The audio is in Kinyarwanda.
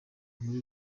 muri